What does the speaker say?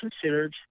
considered